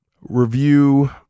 review